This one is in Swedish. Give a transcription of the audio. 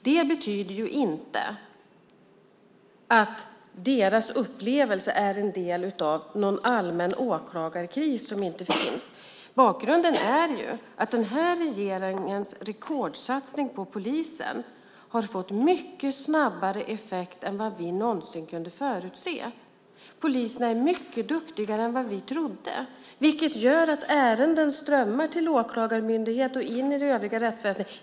Det betyder inte att deras upplevelse är en del av någon allmän åklagarkris, som inte finns. Bakgrunden är att den här regeringens rekordsatsning på polisen har fått mycket snabbare effekt än vad vi någonsin kunde förutse. Poliserna är mycket duktigare än vad vi trodde, vilket gör att ärenden strömmar till Åklagarmyndigheten och in i det övriga rättsväsendet.